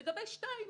לגבש שתיים.